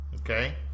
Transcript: Okay